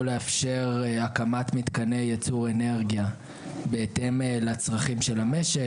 לאפשר הקמת מתקני ייצור אנרגיה בהתאם לצרכים של המשק.